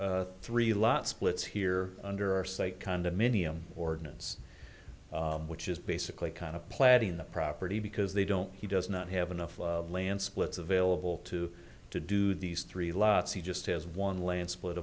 for three lot splits here under our state condominium ordinance which is basically kind of planting the property because they don't he does not have enough land splits available to to do these three lots he just has one land split